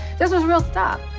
this was real stuff.